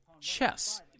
chess